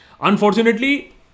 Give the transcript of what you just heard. Unfortunately